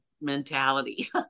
mentality